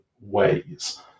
ways